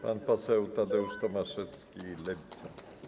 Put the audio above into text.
Pan poseł Tadeusz Tomaszewski, Lewica.